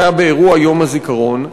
זה היה באירוע יום הזיכרון.